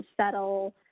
settle